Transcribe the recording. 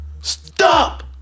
Stop